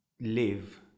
live